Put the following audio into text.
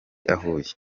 ahuye